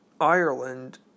Ireland